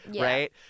right